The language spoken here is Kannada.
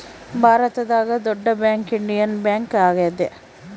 ಭಾರತದಾಗ ದೊಡ್ಡ ಬ್ಯಾಂಕ್ ಇಂಡಿಯನ್ ಬ್ಯಾಂಕ್ ಆಗ್ಯಾದ